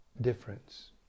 difference